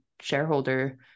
shareholder